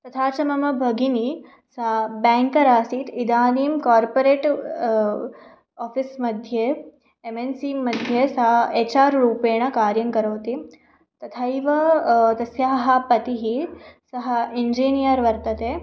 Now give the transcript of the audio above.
तथा च मम भगिनी सा ब्याङ्करासीत् इदानीं कार्पोरेट् आफ़िस्मध्ये एमेन्सीङ्ग्मध्ये सा एच् आर् रूपेण कार्यं करोति तथैव तस्याः पतिः सः इञ्जिनीयर् वर्तते